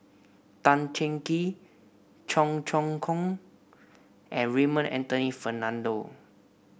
Tan Cheng Kee Cheong Choong Kong and Raymond Anthony Fernando